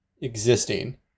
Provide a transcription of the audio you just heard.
existing